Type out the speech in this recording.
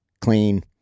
clean